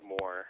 more